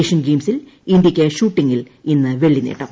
Asian ഗെയിംസിൽ ഇന്ത്യയ്ക്ക് ഷൂട്ടിംഗിൽ ഇന്ന് വെള്ളി നേട്ടം